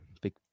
big